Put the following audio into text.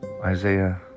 Isaiah